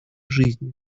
жизни